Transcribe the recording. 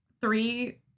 three